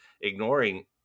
ignoring